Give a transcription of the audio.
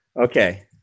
Okay